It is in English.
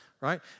right